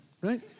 right